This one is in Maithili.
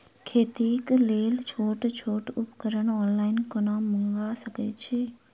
खेतीक लेल छोट छोट उपकरण ऑनलाइन कोना मंगा सकैत छी?